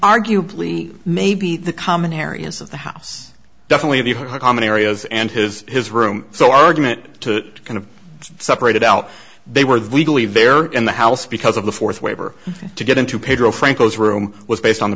arguably maybe the common areas of the house definitely her common areas and his his room so argument to kind of separated out they were legally there in the house because of the fourth waiver to get into pedro franco's room was based on the